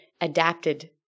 adapted